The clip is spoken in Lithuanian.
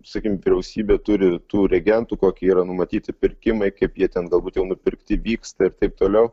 sakykim vyriausybė turi tų reagentų kokie yra numatyti pirkimai kaip jie ten galbūt jau nupirkti vyksta ir taip toliau